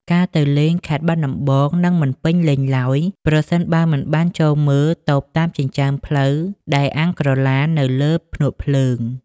ការទៅលេងខេត្តបាត់ដំបងនឹងមិនពេញលេញឡើយ ប្រសិនបើមិនបានចូលមើលតូបតាមចិញ្ចើមផ្លូវដែលអាំងក្រឡាននៅលើភ្នក់ភ្លើង។